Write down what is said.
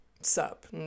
Sup